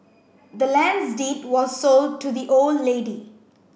the land's deed was sold to the old lady